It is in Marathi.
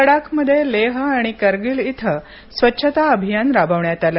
लडाखमध्ये लेह आणि करगील इथं स्वच्छता अभियान राबवण्यात आलं